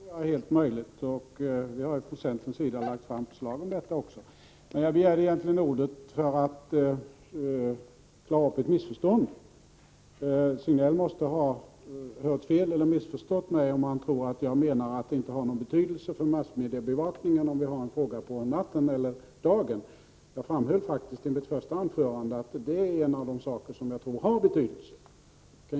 Fru talman! Detta tror jag är helt möjligt, och vi har från centerns sida också lagt fram förslag i den riktningen. Jag begärde dock egentligen ordet för att klara ut ett missförstånd. Signell måste ha missförstått mig om han tror att jag menar att det inte har någon betydelse för massmediebevakningen om vi har plenum på dagen i stället för på natten. Jag framhöll faktiskt i mitt första anförande att det är en av de omständigheter som jag tror har betydelse i detta sammanhang.